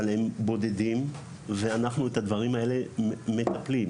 אבל הם בודדים ואנחנו בדברים האלה מטפלים.